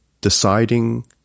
deciding